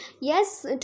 Yes